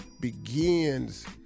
begins